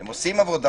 הם עושים עבודה,